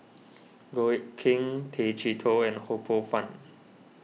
Goh Eck Kheng Tay Chee Toh and Ho Poh Fun